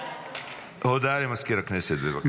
הודעה למזכיר הכנסת, בבקשה.